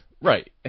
right